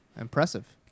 Impressive